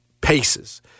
paces